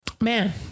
Man